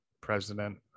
president